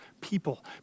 people